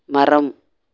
மரம்